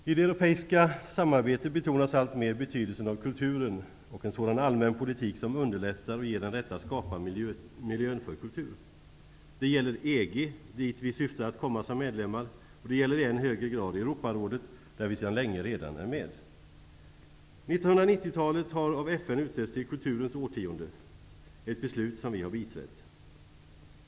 Fru talman! I det europeiska samarbetet betonas alltmer betydelsen av kulturen och en sådan allmän politik som underlättar och ger den rätta skaparmiljön för kulturen. Det gäller EG, dit vi syftar att komma som medlemmar, och det gäller i än högre grad Europarådet, där vi sedan länge redan är med. 1990-talet har av FN utsetts till kulturens årtionde -- ett beslut som vi har biträtt.